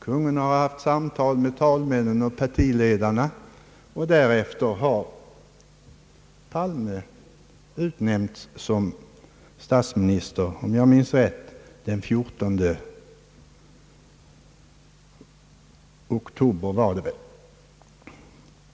Kungen har haft samtal med talmännen och partiledarna, och därefter har Palme utnämnts till statsminister, om jag minns rätt den 14 oktober.